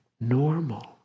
normal